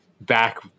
back